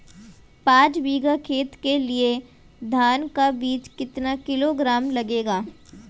पाँच बीघा खेत के लिये धान का बीज कितना किलोग्राम लगेगा?